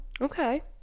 Okay